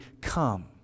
come